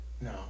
No